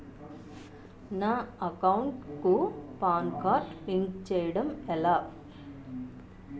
నా అకౌంట్ కు PAN card link చేయడం ఎలా?